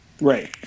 Right